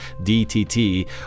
DTT